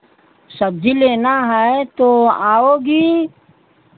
सब्जी लेना है तो आओगी